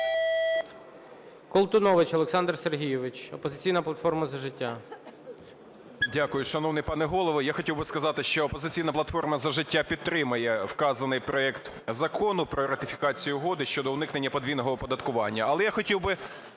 Колтунович Олександр Сергійович, "Опозиційна платформа - За життя".